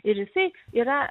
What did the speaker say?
ir jisai yra